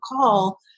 call